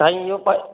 साईं इहो पंज